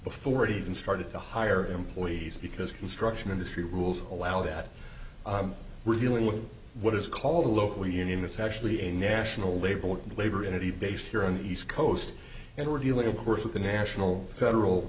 before it even started to hire employees because construction industry rules allow that we're dealing with what is called a local union it's actually a national labor and labor energy based here in east coast and we're dealing of course with the national federal